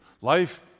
life